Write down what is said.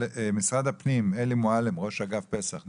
משרד הפנים, אלי מועלם, ראש אגף פס"ח.